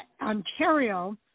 Ontario